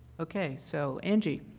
okay. so angie.